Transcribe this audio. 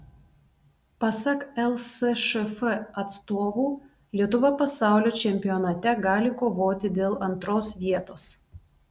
pasak lsšf atstovų lietuva pasaulio čempionate gali kovoti dėl antros vietos